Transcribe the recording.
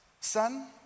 son